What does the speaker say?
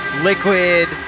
liquid